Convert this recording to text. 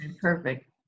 perfect